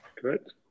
Correct